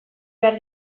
behar